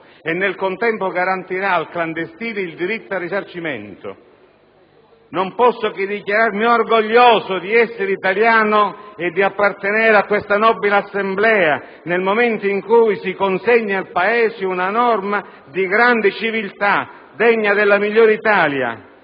e, nel contempo, garantirà al clandestino il diritto al risarcimento. Non posso che dichiararmi orgoglioso di essere italiano e di appartenere a questa nobile Assemblea nel momento in cui si consegna al Paese una norma di grande civiltà, degna della migliore Italia.